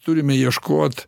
turime ieškot